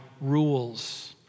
rules